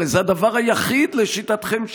הרי זה הדבר היחיד שעצר,